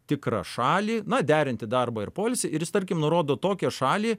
tikrą šalį na derinti darbą ir poilsį ir jis tarkim nurodo tokią šalį